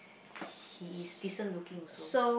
he is decent looking also